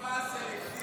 אכיפה סלקטיבית.